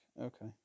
Okay